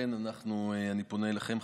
לכן אני פונה אליכם,